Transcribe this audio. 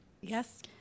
Yes